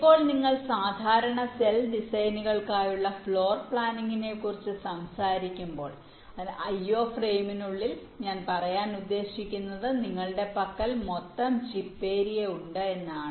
ഇപ്പോൾ നിങ്ങൾ സാധാരണ സെൽ ഡിസൈനുകൾക്കായുള്ള ഫ്ലോർ പ്ലാനിംഗിനെക്കുറിച്ച് സംസാരിക്കുമ്പോൾ അതിനാൽ IO ഫ്രെയിമിനുള്ളിൽ ഞാൻ പറയാൻ ഉദ്ദേശിക്കുന്നത് നിങ്ങളുടെ പക്കൽ മൊത്തം ചിപ്പ് ഏരിയയുണ്ട് എന്നതാണ്